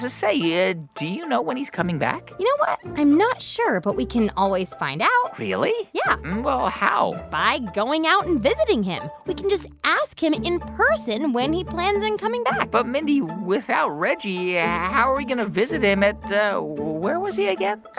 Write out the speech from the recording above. say, yeah do you know when he's coming back? you know what? i'm not sure, but we can always find out really? yeah well, how? by going out and visiting him. we can just ask him in person when he plans on coming back but, mindy, without reggie, yeah how are we going to visit him at where was he again?